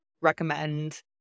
recommend